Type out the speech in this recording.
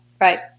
Right